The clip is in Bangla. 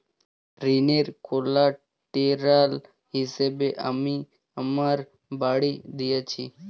ঋনের কোল্যাটেরাল হিসেবে আমি আমার বাড়ি দিয়েছি